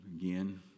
Again